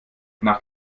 nach